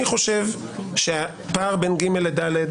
אני חושב שהפער בין (ג) ל-(ד),